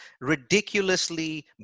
ridiculously